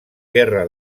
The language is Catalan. guerra